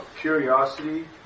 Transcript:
curiosity